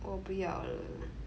我不要 lah